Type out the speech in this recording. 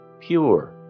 pure